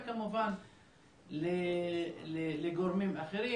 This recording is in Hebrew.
וכמובן לגורמים אחרים.